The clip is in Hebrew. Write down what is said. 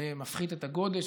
זה מפחית את הגודש,